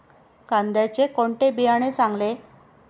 कांद्याचे कोणते बियाणे चांगले?